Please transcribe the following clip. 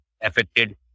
affected